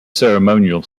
ceremonial